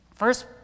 first